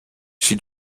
she